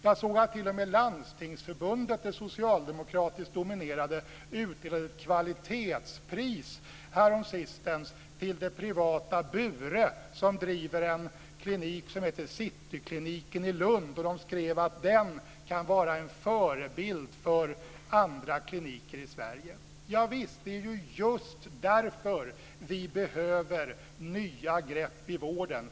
Jag såg att t.o.m. det socialdemokratiskt dominerade Landstingsförbundet utdelade ett kvalitetspris härom sistens till det privata Bure som driver en klinik som heter Citykliniken i Lund. Man skriver att den kan vara en förebild för andra kliniker i Sverige. Ja visst! Det är ju just därför vi behöver nya grepp i vården.